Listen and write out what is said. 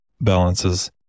balances